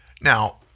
Now